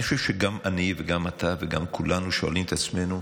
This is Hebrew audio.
אני חושב שגם אני וגם אתה וגם כולנו שואלים את עצמנו: